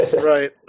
Right